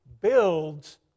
builds